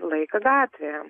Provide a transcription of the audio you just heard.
laiką gatvėje